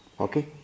okay